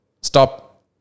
stop